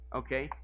okay